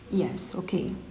yes okay